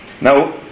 now